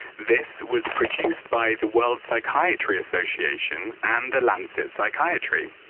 this was produced by the world psychiatry association and the lancet psychiatry.